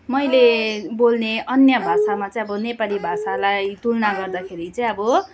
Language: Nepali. मैले बोल्ने अन्य भाषामा चाहिँ अब नेपाली भाषालाई तुलना गर्दाखेरि चाहिँ अब